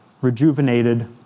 rejuvenated